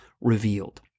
revealed